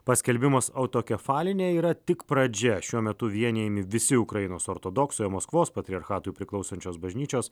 paskelbimas autokefaline yra tik pradžia šiuo metu vienijami visi ukrainos ortodoksų maskvos patriarchatui priklausančios bažnyčios